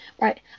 right